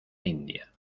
india